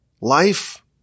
Life